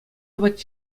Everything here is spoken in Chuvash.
апат